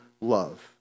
love